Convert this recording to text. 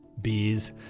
beers